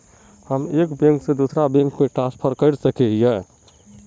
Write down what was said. हम एक बैंक से दूसरा बैंक में ट्रांसफर कर सके हिये?